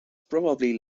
probably